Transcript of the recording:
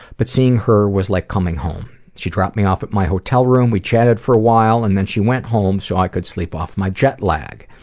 but seeing her was like coming home. she dropped me off at my hotel room, we chatted for a while, and then she went home so i could sleep off my jet lag.